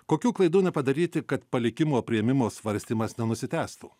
kokių klaidų nepadaryti kad palikimo priėmimo svarstymas nenusitęstų